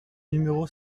numéro